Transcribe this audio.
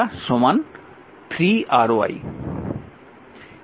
অথবা RlrmΔ 3 RYlrm